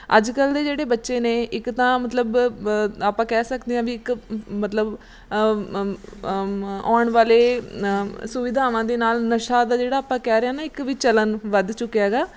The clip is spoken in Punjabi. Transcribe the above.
ਅੱਜ ਕੱਲ੍ਹ ਦੇ ਜਿਹੜੇ ਬੱਚੇ ਨੇ ਇੱਕ ਤਾਂ ਮਤਲਬ ਬ ਆਪਾਂ ਕਹਿ ਸਕਦੇ ਹਾਂ ਵੀ ਇੱਕ ਮ ਮਤਲਬ ਆਉਣ ਵਾਲੇ ਸੁਵਿਧਾਵਾਂ ਦੇ ਨਾਲ ਨਸ਼ਾ ਦਾ ਜਿਹੜਾ ਆਪਾਂ ਕਹਿ ਰਹੇ ਹਾਂ ਨਾ ਇੱਕ ਵੀ ਚਲਣ ਵੱਧ ਚੁੱਕਿਆ ਗਾ